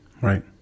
Right